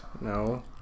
No